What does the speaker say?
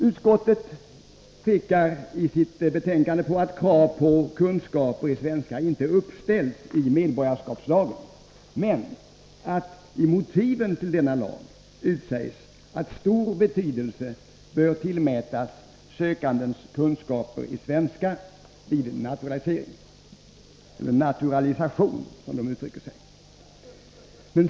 Utskottet påpekar i sitt betänkande att krav på kunskaper i svenska inte uppställs i medborgarskapslagen men att i motiven till denna lag utsägs att stor betydelse bör tillmätas sökandens kunskaper i svenska språket vid naturalisation.